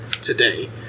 today